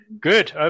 good